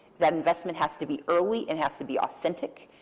that investment has to be early. it has to be authentic.